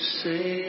say